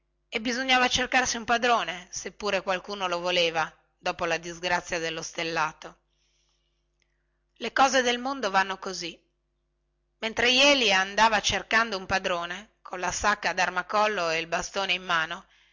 e bisognava cercarsi un padrone se pure qualcuno lo voleva dopo la disgrazia dello stellato le cose del mondo vanno così mentre jeli andava cercando un padrone colla sacca ad armacollo e il bastone in mano